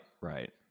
right